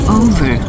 over